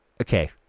Okay